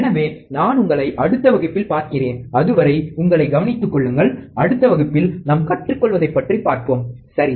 எனவே நான் உங்களை அடுத்த வகுப்பில் பார்க்கிறேன் அதுவரை உங்களை கவனித்துக் கொள்ளுங்கள் அடுத்த வகுப்பில் நாம் கற்றுக்கொள்வதைப் பற்றி பார்ப்போம் சரி